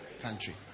country